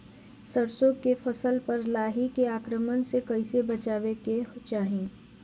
सरसो के फसल पर लाही के आक्रमण से कईसे बचावे के चाही?